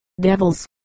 devils